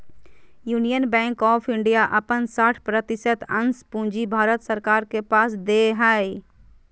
union bank of India अपन साठ प्रतिशत अंश पूंजी भारत सरकार के पास दे हइ